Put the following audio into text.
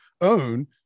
own